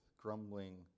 grumbling